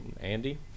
andy